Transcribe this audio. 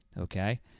Okay